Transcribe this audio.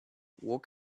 walk